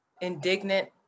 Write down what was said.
indignant